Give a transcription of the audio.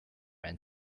and